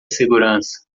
segurança